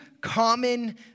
common